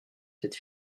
cette